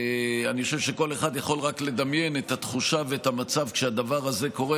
אני חושב שכל אחד יכול רק לדמיין את התחושה ואת המצב כשהדבר הזה קורה.